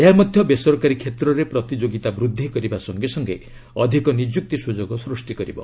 ଏହା ମଧ୍ୟ ବେସରକାରୀ କ୍ଷେତ୍ରରେ ପ୍ରତିଯୋଗୀତା ବୃଦ୍ଧି କରିବା ସଙ୍ଗେ ସଙ୍ଗେ ଅଧିକ ନିଯୁକ୍ତି ସୁଯୋଗ ସୃଷ୍ଟି କରିବ